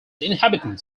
inhabitants